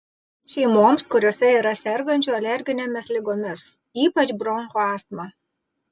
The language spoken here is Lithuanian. šeimoms kuriose yra sergančių alerginėmis ligomis ypač bronchų astma